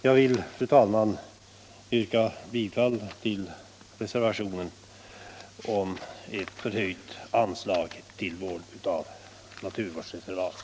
Jag vill, fru talman, yrka bifall till reservationen 9 om ett höjt anslag till vård av naturreservat.